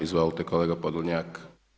Izvolte kolega Podolnjak.